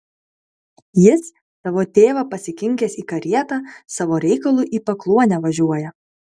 jis tavo tėvą pasikinkęs į karietą savo reikalu į pakluonę važiuoja